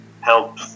help